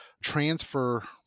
transfer